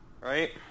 Right